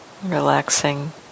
relaxing